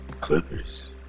Clippers